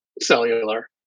cellular